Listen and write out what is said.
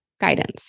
guidance